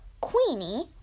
Queenie